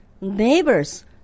neighbors